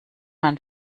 man